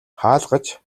хаалгач